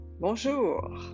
bonjour